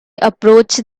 approached